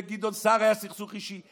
לגדעון סער היה סכסוך אישי.